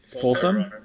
Folsom